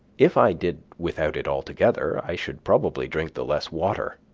if i did without it altogether, i should probably drink the less water.